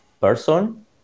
person